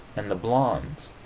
and the blondes,